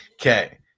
Okay